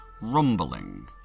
rumbling